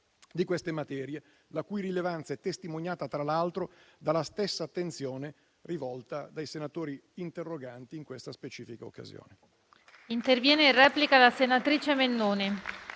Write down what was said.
di dette materie, la cui rilevanza è testimoniata tra l'altro dalla stessa attenzione rivolta dai senatori interroganti in questa specifica occasione.